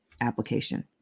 application